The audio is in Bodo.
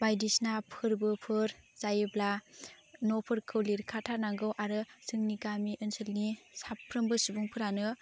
बायदिसिना फोरबोफोर जायोब्ला न'फोरखौ लिरखाथारनांगौ आरो जोंनि गामि ओनसोलनि साफ्रोमबो सुबुंफोरानो